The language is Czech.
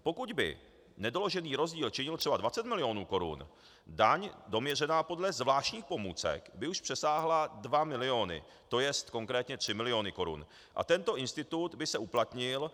Pokud by nedoložený rozdíl činil třeba 20 milionů korun, daň doměřená podle zvláštních pomůcek by už přesáhla 2 miliony, to je konkrétně 3 miliony korun, a tento institut by se uplatnil;